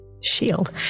Shield